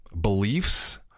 beliefs